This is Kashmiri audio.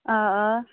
آ آ